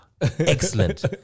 Excellent